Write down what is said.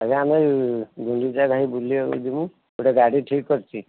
ଆଜ୍ଞା ଆମେ ଗୁଣ୍ଡିଚା ଘାଗୀ ବୁଲିବାକୁ ଯିବୁ ଗୋଟେ ଗାଡ଼ି ଠିକ୍ କରିଛି